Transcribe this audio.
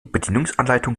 bedienungsanleitung